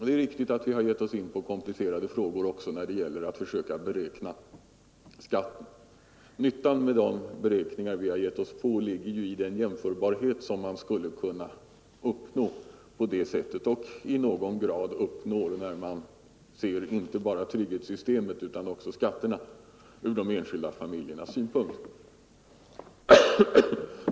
Det är riktigt att vi har givit oss in på komplicerade frågor också när det gällt att försöka beräkna skatten. Nyttan med de beräkningar vi har givit oss in på ligger i den jämförbarhet som man på det sättet kan uppnå — och i någon grad också uppnår — när man ser inte bara trygghetssystemet utan också skatterna från de enskilda familjernas synpunkt.